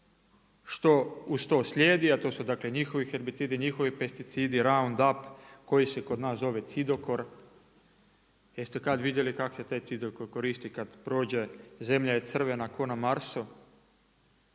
što uz to slijedi, a to su dakle, njihovi herbicidi, njihovi pesticidi …/Govornik se ne razumije./… koji se kod nas zove cidokor, jeste kad vidjeli kak se taj cidokor koristi, kada prođe? Zemlja je crvena ko na Marsu,